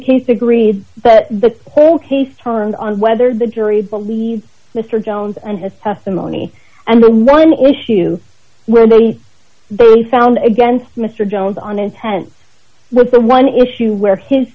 case agreed that the whole case turned on whether the jury believes mr jones and his testimony and the one issue where the the we found against mr jones on intense was the one issue where his